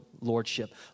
lordship